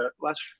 last